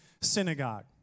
synagogue